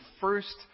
first